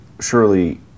Surely